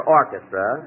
orchestra